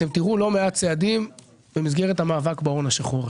אתם תראו לא מעט צעדים במסגרת המאבק בהון השחור.